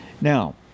Now